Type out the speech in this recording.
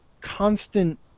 constant